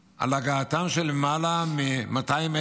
על הגעתם של למעלה מ-200,000 איש,